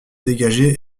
dégager